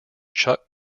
chuck